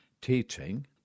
teaching